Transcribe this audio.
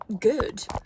good